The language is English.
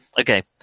Okay